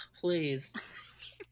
please